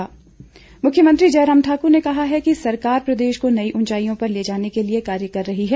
जयराम मुख्यमंत्री जयराम ठाकुर ने कहा है कि सरकार प्रदेश को नई ऊंचाईयों पर ले जाने के लिए कार्य कर रही है